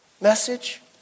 message